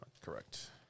Correct